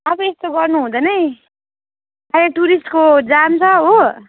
आफै यस्तो गर्नु हुँदैनै अहिले टुरिस्टको जाम छ हो